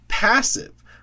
passive